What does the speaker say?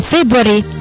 February